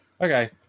Okay